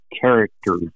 character